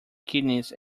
kidneys